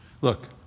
Look